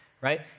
right